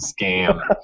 scam